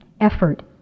effort